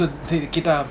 okay கேட்டா:keta